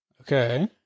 Okay